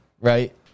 right